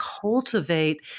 cultivate